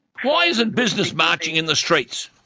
why isn't business marching in the streets?